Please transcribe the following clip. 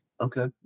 Okay